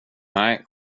nej